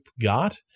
got